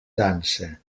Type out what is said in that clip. dansa